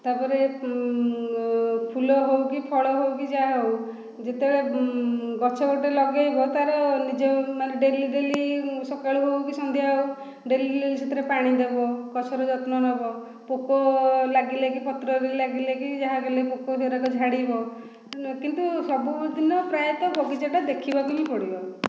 ତା'ପରେ ଫୁଲ ହେଉ କି ଫଳ ହେଉ କି ଯାହା ହେଉ ଯେତେବେଳେ ଗଛ ଗୋଟେ ଲଗାଇବ ତା'ର ନିଜ ମାନେ ଡେଲି ଡେଲି ସକାଳୁ ହେଉ କି ସନ୍ଧ୍ୟା ହେଉ ଡେଲି ଡେଲି ସେଥିରେ ପାଣି ଦେବ ଗଛର ଯତ୍ନ ନେବ ପୋକ ଲାଗିଲା କି ପତ୍ରରେ ଲାଗିଲା କି ଯାହାବି ହେଲେ ପୋକ ସେଗୁଡାକ ଝାଡ଼ିବ କିନ୍ତୁ ସବୁଦିନ ପ୍ରାୟତଃ ବଗିଚାଟା ଦେଖିବାକୁ ହିଁ ପଡିବ